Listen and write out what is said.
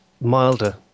milder